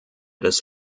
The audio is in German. des